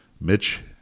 Mitch